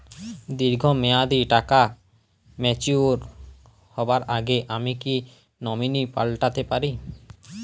দীর্ঘ মেয়াদি টাকা ম্যাচিউর হবার আগে আমি কি নমিনি পাল্টা তে পারি?